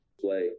Play